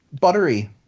buttery